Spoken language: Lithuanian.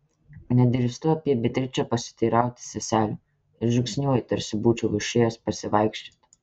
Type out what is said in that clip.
nedrįstu apie beatričę pasiteirauti seselių ir žingsniuoju tarsi būčiau išėjęs pasivaikščioti